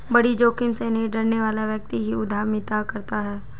बड़ी जोखिम से नहीं डरने वाला व्यक्ति ही उद्यमिता करता है